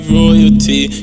royalty